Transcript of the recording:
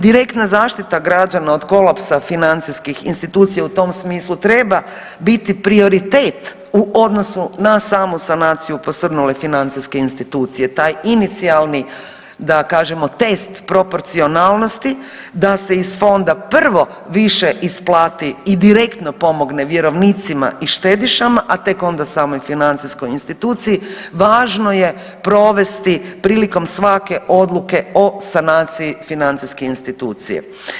Direktna zaštita građana od kolapsa financijskih institucija u tom smislu treba biti prioritet u odnosu na samu sanaciju posrnulih financijske institucije, taj inicijalni da kažemo, test proporcionalnosti, da se iz fonda prvo više isplati i direktno pomogne vjerovnicima i štedišama, a tek onda samoj financijskoj instituciji, važno je provesti prilikom svake odluke o sanaciji financijske institucije.